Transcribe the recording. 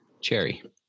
cherry